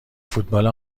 فوتبال